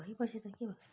भएपछि त के हुन्छ